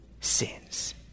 sins